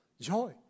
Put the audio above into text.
joy